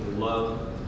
Love